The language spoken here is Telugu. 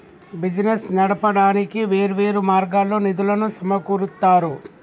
బిజినెస్ నడపడానికి వేర్వేరు మార్గాల్లో నిధులను సమకూరుత్తారు